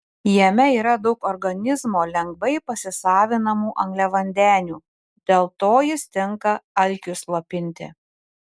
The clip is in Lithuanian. jame yra daug organizmo lengvai pasisavinamų angliavandenių dėl to jis tinka alkiui slopinti